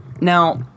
Now